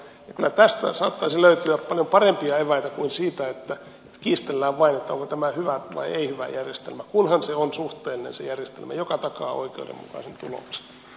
kyllä tästä saattaisi löytyä paljon parempia eväitä kuin siitä että kiistellään vain onko tämä hyvä vai ei hyvä järjestelmä kunhan se on suhteellinen se järjestelmä joka takaa oikeudenmukaisen tuloksen